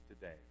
today